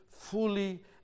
fully